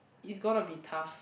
it's gonna be tough